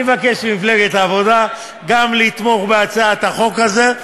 אני מבקש גם ממפלגת העבודה לתמוך בהצעת החוק הזאת,